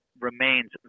remains